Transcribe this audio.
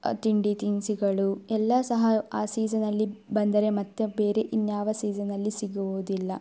ತಿಂಡಿ ತಿನಿಸುಗಳು ಎಲ್ಲ ಸಹ ಆ ಸೀಝನಲ್ಲಿ ಬಂದರೆ ಮತ್ತೆ ಬೇರೆ ಇನ್ನು ಯಾವ ಸೀಝನ್ನಲ್ಲಿ ಸಿಗುವುದಿಲ್ಲ